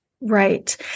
right